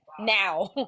now